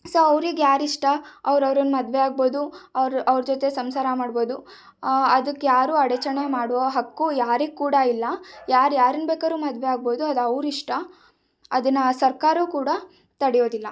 so ಅವ್ರಿಗ್ಯಾರಿಷ್ಟ ಅವರು ಅವರನ್ನು ಮದುವೆಯಾಗ್ಬೋದು ಅವರು ಅವರ ಜೊತೆ ಸಂಸಾರ ಮಾಡ್ಬೋದು ಅದಕ್ಕೆ ಯಾರೂ ಅಡಚಣೆ ಮಾಡುವ ಹಕ್ಕು ಯಾರಿಗೆ ಕೂಡ ಇಲ್ಲ ಯಾರು ಯಾರನ್ನು ಬೇಕಾದ್ರು ಮದುವೆ ಆಗ್ಬೋದು ಅದು ಅವರ ಇಷ್ಟ ಅದನ್ನು ಸರ್ಕಾರವೂ ಕೂಡ ತಡೆಯೋದಿಲ್ಲ